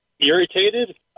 irritated